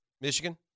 Michigan